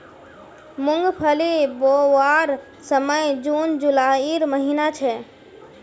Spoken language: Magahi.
मूंगफली बोवार समय जून जुलाईर महिना छे